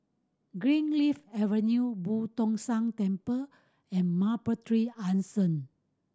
Greenleaf Avenue Boo Tong San Temple and Mapletree Anson